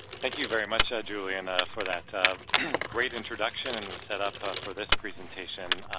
thank you very much, ah julian, ah for that and great introduction and the setup for this presentation,